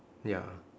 ya